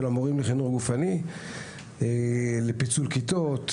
המורים לחינוך גופני לצורך פיצול כיתות,